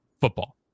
football